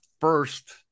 first